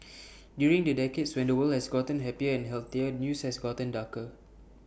during the decades when the world has gotten happier and healthier news has gotten darker